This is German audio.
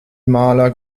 maler